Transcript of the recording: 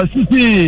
City